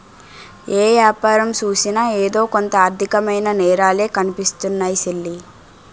ఏ యాపారం సూసినా ఎదో కొంత ఆర్దికమైన నేరాలే కనిపిస్తున్నాయ్ సెల్లీ